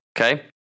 okay